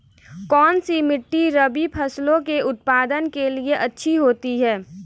कौनसी मिट्टी रबी फसलों के उत्पादन के लिए अच्छी होती है?